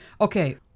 okay